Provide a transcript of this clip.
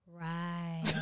right